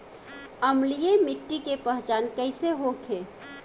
अम्लीय मिट्टी के पहचान कइसे होखे?